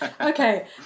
okay